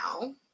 now